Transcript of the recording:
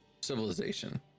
civilization